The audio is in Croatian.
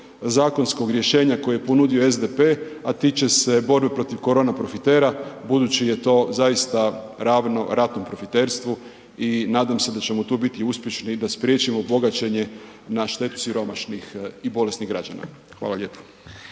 zakonskog rješenja koje je ponudio SDP a tiče se borbe protiv korona profitera, budući je to zaista ravno ratnom profiterstvu i nadam se da ćemo tu biti uspješni da spriječimo bogaćenje na štetu siromašnih i bolesnih građana. Hvala lijepo.